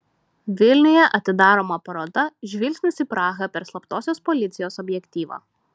vilniuje atidaroma paroda žvilgsnis į prahą per slaptosios policijos objektyvą